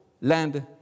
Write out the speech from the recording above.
land